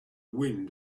wind